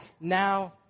now